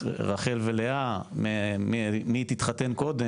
נְאֻם ה' וְשָׁבוּ מֵאֶרֶץ אוֹיֵב,